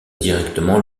directement